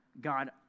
God